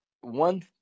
one